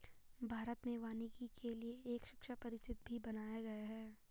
भारत में वानिकी के लिए एक शिक्षा परिषद भी बनाया गया है